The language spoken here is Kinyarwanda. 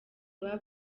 baba